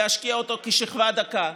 להשקיע אותו כשכבה דקה.